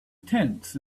tense